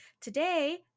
today